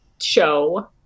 show